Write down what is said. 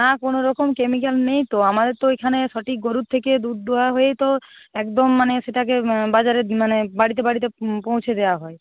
না কোনো রকম কেমিক্যাল নেই তো আমাদের তো ওইখানে সঠিক গরুর থেকে দুধ দোয়া হয়েই তো একদম মানে সেটাকে বাজারে মানে বাড়িতে বাড়িতে পৌঁছে দেওয়া হয়